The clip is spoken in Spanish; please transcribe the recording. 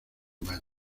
mayo